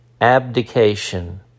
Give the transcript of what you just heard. abdication